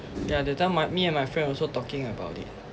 yeah that time my me and my friend also talking about it